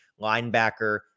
linebacker